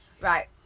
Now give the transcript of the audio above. right